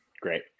Great